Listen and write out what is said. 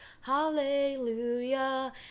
Hallelujah